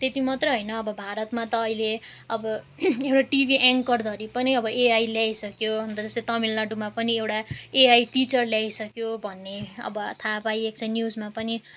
त्यति मात्र होइन अब भारतमा त अहिले अब एउटा टिभी एङ्करधरि पनि अब एआई ल्याइसक्यो अन्त जस्तो तमिलनाडूमा पनि एउटा एआई टिचर ल्याइसक्यो भन्ने अब थाहा पाइएको छ न्युजमा पनि